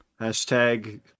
Hashtag